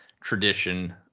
tradition –